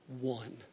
one